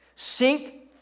Seek